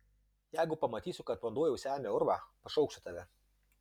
jeigu pamatysiu kad vanduo jau semia urvą pašauksiu tave